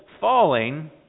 falling